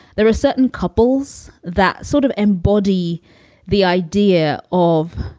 there are certain couples that sort of embody the idea of,